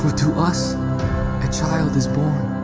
to us a child is born,